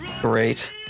Great